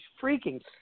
freaking